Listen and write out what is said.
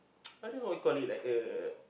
I don't know what you call it like uh